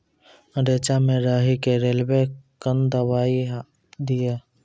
रेचा मे राही के रेलवे कन दवाई दीय?